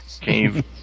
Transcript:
Cave